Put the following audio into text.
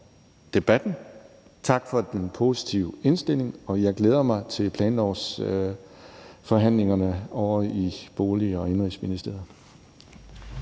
tak for den positive indstilling. Jeg glæder mig til planlovsforhandlingerne ovre i Indenrigs- og Boligministeriet.